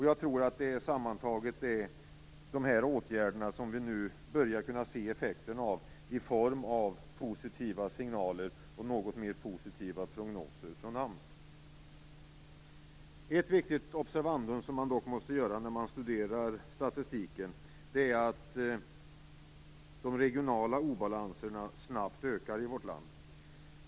Jag tror att det sammantaget är de här åtgärderna som vi nu börjar kunna se effekterna av i form av positiva signaler och något mer positiva prognoser från AMS. Ett viktigt observandum som man dock måste göra när man studerar statistiken är att de regionala obalanserna snabbt ökar i vårt land.